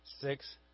Six